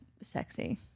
sexy